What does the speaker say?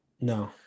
No